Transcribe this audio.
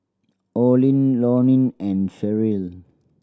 Olin Lonnie and Sheryll